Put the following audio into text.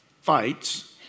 fights